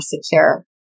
secure